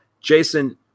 Jason